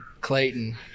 Clayton